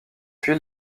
huile